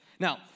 Now